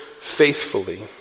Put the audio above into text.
faithfully